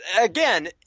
again